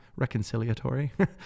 Reconciliatory